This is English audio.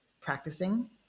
practicing